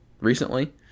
recently